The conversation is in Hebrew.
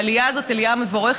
העלייה הזאת היא עלייה מבורכת.